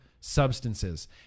substances